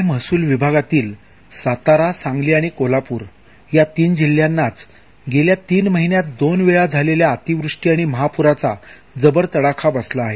पुणे महसूल विभागातील सातारा सांगली आणि कोल्हापूर या तीन जिल्ह्यांनाच गेल्या तीन महिन्यात दोन वेळा झालेल्या अतिवृष्टी आणि महाप्राचा जबर तडाखा बसला आहे